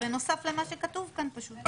--- בנוסף למה שכתוב כאן פשוט.